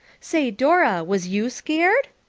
say, dora, was you scared?